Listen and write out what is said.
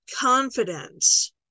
confidence